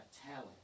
talent